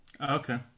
Okay